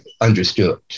understood